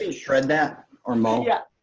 ah shred that or mow. yeah.